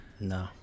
no